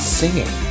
singing